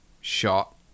shot